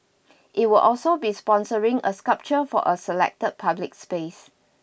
it will also be sponsoring a sculpture for a selected public space